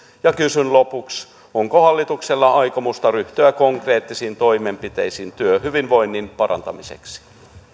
kysyn lopuksi onko hallituksella aikomusta ryhtyä konkreettisiin toimenpiteisiin työhyvinvoinnin parantamiseksi